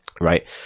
right